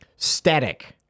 Static